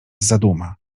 zaduma